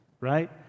right